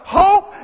hope